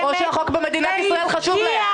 -- או שהחוק במדינת ישראל חשוב להם.